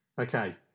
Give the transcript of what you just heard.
Okay